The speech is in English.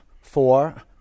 four